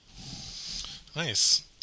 Nice